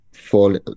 fall